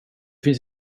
finns